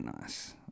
nice